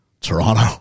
Toronto